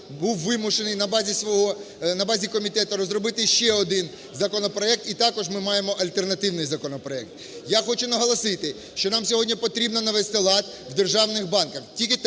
базі свого, на базі комітету розробити ще один законопроект, і також ми маємо альтернативний законопроект. Я хочу наголосити, що нам сьогодні потрібно навести лад в державних банках,